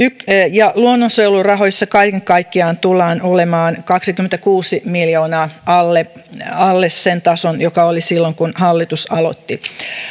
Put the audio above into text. luonnonsuojelurahoissa kaiken kaikkiaan tullaan olemaan kaksikymmentäkuusi miljoonaa alle alle sen tason joka oli silloin kun hallitus aloitti